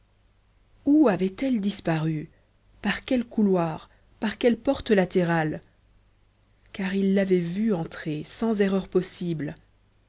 où avait-elle disparue par quel couloir par quelle porte latérale car il l'avait vue entrer sans erreur possible